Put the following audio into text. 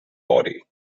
body